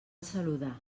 saludar